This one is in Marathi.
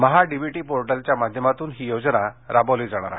महाडीबीटी पोर्टलच्या माध्यमातून ही योजना राबविली जाणार आहे